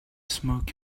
smoke